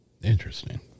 Interesting